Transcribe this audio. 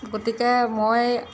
গতিকে মই